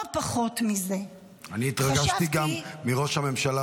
לא פחות מזה -- אני התרגשתי גם מראש הממשלה,